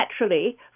naturally